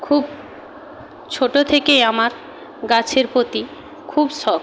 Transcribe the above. খুব ছোট থেকেই আমার গাছের প্রতি খুব শখ